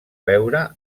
veure